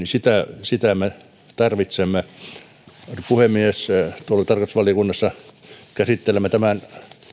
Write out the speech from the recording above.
sitä nimitetty me tarvitsemme puhemies tuolla tarkastusvaliokunnassa käsittelemme tämän